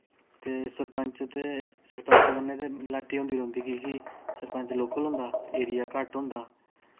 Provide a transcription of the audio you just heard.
ते सरपंच ते सरपंचें कन्नै ते मलाटी होंदी रौंह्दी की के सरपंच लोकल होंदा एरिया घट्ट होंदा